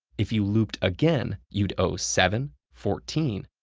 if you looped again, you'd owe seven, fourteen,